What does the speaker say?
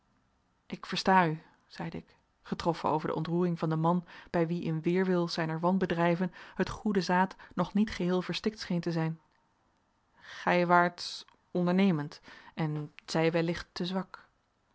ik versta u zeide ik getroffen over de ontroering van den man bij wien in weerwil zijner wanbedrijven het goede zaad nog niet geheel verstikt scheen te zijn gij waart ondernemend en zij wellicht te zwak